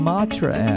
Matra